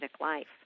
life